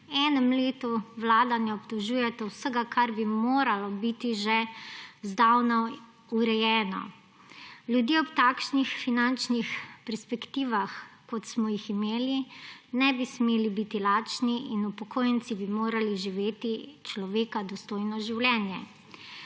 enem letu vladanja obtožujete vsega, kar bi moralo biti že zdavnaj urejeno. Ljudje ob takšnih finančnih perspektivah, kot smo jih imeli, ne bi smeli biti lačni, in upokojenci bi morali živeti človeka dostojno življenje.